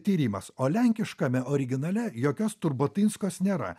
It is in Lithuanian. tyrimas o lenkiškame originale jokios turbotinskos nėra